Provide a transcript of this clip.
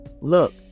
look